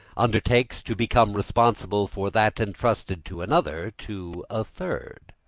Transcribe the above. undertakes to become responsible for that entrusted to another to a third.